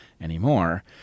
anymore